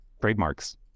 trademarks